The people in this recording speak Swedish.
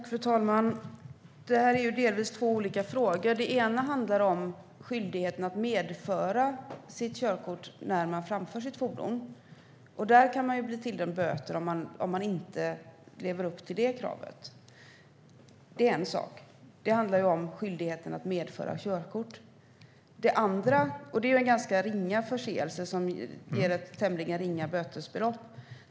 Fru talman! Detta är delvis två olika frågor. Den ena handlar om skyldigheten att medföra sitt körkort när man framför sitt fordon. Man kan bli tilldömd böter om man inte lever upp till det kravet. Det är en sak. Det handlar om skyldigheten att medföra körkort. Det är en ganska ringa förseelse som ger ett tämligen ringa bötesbelopp.